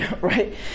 right